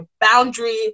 boundary